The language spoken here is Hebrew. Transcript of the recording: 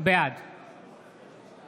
בעד